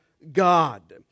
God